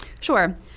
Sure